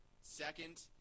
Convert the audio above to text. second